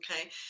Okay